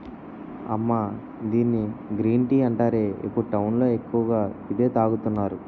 అమ్మా దీన్ని green tea అంటారే, ఇప్పుడు టౌన్ లో ఎక్కువగా ఇదే తాగుతున్నారు